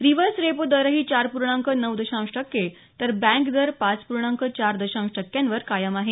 reverse repo दरही चार पूर्णांक नऊ दशांश टक्के तर बँक दर पाच पूर्णांक चार दशांश टक्क्यांवर कायम आहेत